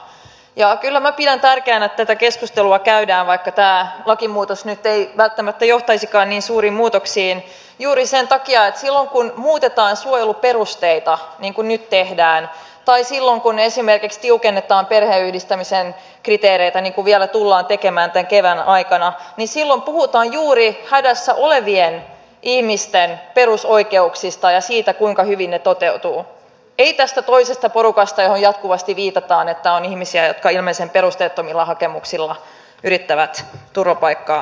ja kyllä minä pidän tärkeänä että tätä keskustelua käydään vaikka tämä lakimuutos nyt ei välttämättä johtaisikaan niin suuriin muutoksiin juuri sen takia että silloin kun muutetaan suojeluperusteita niin kuin nyt tehdään tai silloin kun esimerkiksi tiukennetaan perheenyhdistämisen kriteereitä niin kuin vielä tullaan tekemään tämän kevään aikana silloin puhutaan juuri hädässä olevien ihmisten perusoikeuksista ja siitä kuinka hyvin ne toteutuvat ei tästä toisesta porukasta johon jatkuvasti viitataan siihen että on ihmisiä jotka ilmeisen perusteettomilla hakemuksilla yrittävät turvapaikkaa saada